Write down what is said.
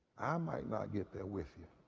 i might not get there with him.